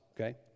Okay